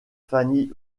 fanny